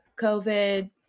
COVID